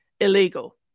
illegal